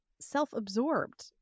self-absorbed